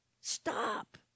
stop